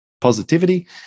positivity